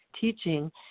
teaching